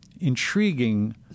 intriguing